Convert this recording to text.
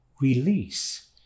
release